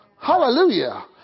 Hallelujah